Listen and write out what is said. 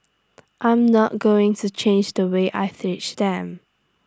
I'm not going to change the way I teach them